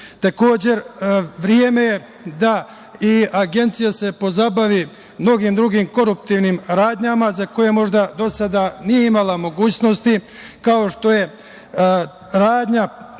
puteva. Takođe, vreme je da se i Agencija pozabavi mnogim drugim koruptivnim radnjama za koje možda do sada nije imala mogućnosti, kao što je radnja